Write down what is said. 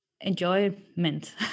enjoyment